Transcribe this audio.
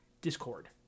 discord